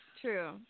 True